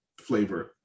flavor